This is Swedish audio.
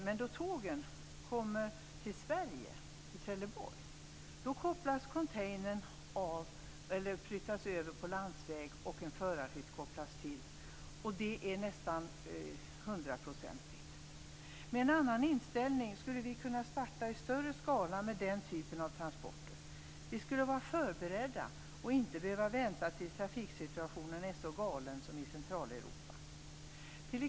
Men då tågen kommer till Trelleborg i Sverige kopplas containern av eller flyttas över på landsväg, och en förarhytt kopplas till. Så är det till nästan hundra procent. Med en annan inställning skulle vi kunna starta med den typen av transporter i större skala. Vi skulle vara förberedda och inte behöva vänta tills trafiksituationen är så galen som den är i Centraleuropa.